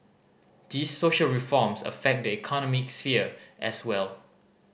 these social reforms affect the economic sphere as well